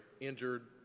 injured